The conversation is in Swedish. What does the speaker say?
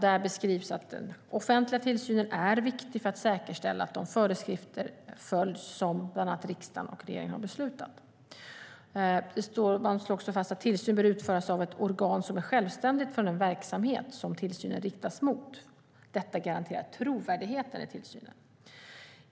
Där beskrivs att den offentliga tillsynen är viktig för att säkerställa att de föreskrifter följs som bland annat riksdagen och regeringen har beslutat. Man slår också fast att tillsyn bör utföras av ett organ som är självständigt från den verksamhet som tillsynen riktas mot. Detta garanterar trovärdigheten i tillsynen.